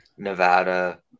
Nevada